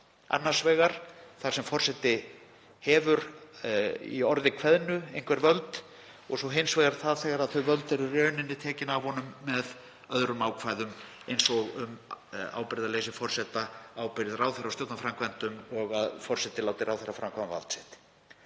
annars vegar þar sem forseti hefur í orði kveðnu einhver völd og svo hins vegar þegar þau völd eru í raun tekin af honum með öðrum ákvæðum eins og um ábyrgðarleysi forseta, ábyrgð ráðherra á stjórnarframkvæmdum og að forseti láti ráðherra framkvæma vald sitt.